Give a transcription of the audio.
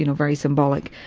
you know very symbolic,